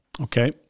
okay